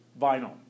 Vinyl